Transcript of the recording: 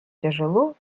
тяжело